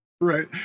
Right